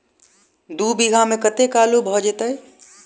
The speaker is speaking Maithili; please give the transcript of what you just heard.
दु बीघा मे कतेक आलु भऽ जेतय?